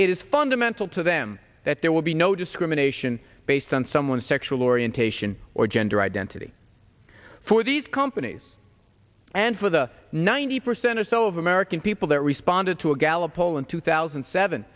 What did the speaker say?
is fundamental to them that there will be no discrimination based on someone's sexual orientation or gender identity for these companies and for the ninety percent or so of american people that responded to a gallup poll in two thousand and seven